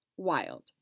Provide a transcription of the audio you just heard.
Wild